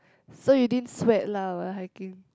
so you didn't sweat lah while hiking